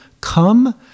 come